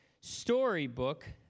storybook